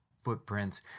footprints